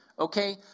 Okay